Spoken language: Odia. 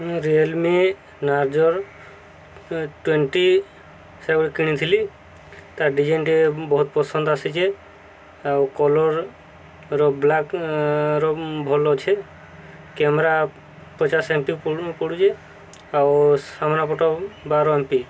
ମୁଁ ରିଏଲମି ନାର୍ଜୋ ଟ୍ୱେଣ୍ଟି ସେଗଡ଼ କିଣିଥିଲି ତା ଡିଜାଇନଟି ବହୁତ ପସନ୍ଦ ଆସିଛେ ଆଉ କଲରର ବ୍ଲାକ୍ର ଭଲ ଅଛେ କ୍ୟାମେରା ପଚାଶ ଏମ୍ ପି ପଡ଼ୁଛେ ଆଉ ସାମ୍ନାପଟ ବାର ଏମ୍ ପି